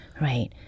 Right